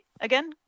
again